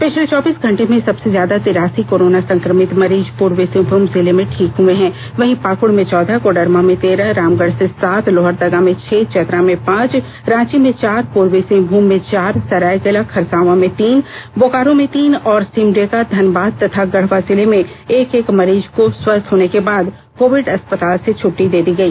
पिछले चौबीस घंटे में सबसे ज्यादा तिरासी कोरोना सं क्र मित मरीज पूर्वी सिंहमूम जिले में ठीक हुए हैं वहीं पाक्ड़ में चौदह कोडरमा में तेरह रामगढ़ से सात लोहरदगा में छह चतरा में पांच रांची में चार पूर्वी सिंहभूम में चार सरायकेला खरसांवा में तीन बोकारो में तीन और सिमडेगा धनबाद तथा गढ़वा जिले में एक एक मरीज को स्वस्थ होने के बाद कोविड अस्पताल से छुट्टी दे दी गई